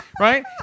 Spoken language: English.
right